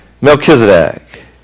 Melchizedek